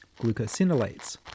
glucosinolates